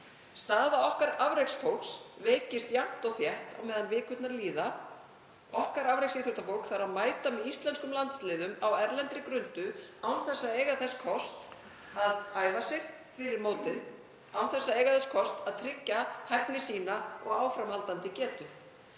Staða afreksíþróttafólks okkar veikist jafnt og þétt meðan vikurnar líða. Það þarf að mæta með íslenskum landsliðum á erlendri grundu án þess að eiga þess kost að æfa sig fyrir mótin, án þess að eiga þess kost að tryggja hæfni sína og áframhaldandi getu.